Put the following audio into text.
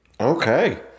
Okay